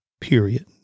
Period